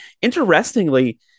Interestingly